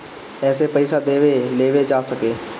एसे पइसा देवे लेवे जा सके